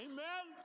Amen